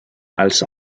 als